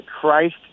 Christ